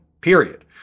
period